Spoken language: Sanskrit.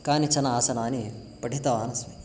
कानिचन आसनानि पठितवान् अस्मि